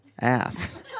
ass